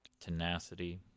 tenacity